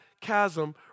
chasm